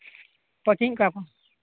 coaching ᱮᱫ ᱠᱚᱣᱟ ᱠᱚ